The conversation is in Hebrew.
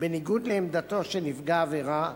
בניגוד לעמדתו של נפגע עבירה,